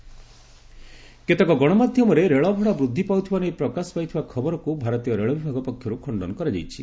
Indian railway କେତେକ ଗଣମାଧ୍ୟମରେ ରେଳଭଡ଼ା ବୃଦ୍ଧି ପାଉଥିବା ନେଇ ପ୍ରକାଶ ପାଇଥିବା ଖବରକୁ ଭାରତୀୟ ରେଳବିଭାଗ ପକ୍ଷରୁ ଖଣ୍ଡନ କରାଯାଇଛି